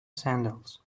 sandals